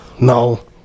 no